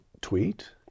tweet